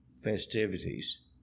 festivities